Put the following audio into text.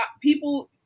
people